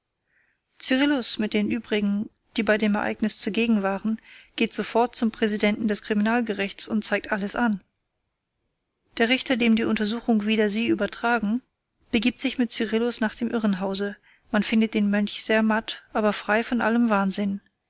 cyrillus mit den übrigen die bei dem ereignis zugegen waren geht sofort zum präsidenten des kriminalgerichts und zeigt alles an der richter dem die untersuchung wider sie übertragen begibt sich mit cyrillus nach dem irrenhause man findet den mönch sehr matt aber frei von allem wahnsinn